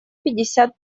пятьдесят